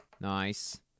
Nice